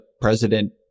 president